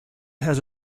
has